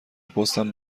پستم